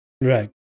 Right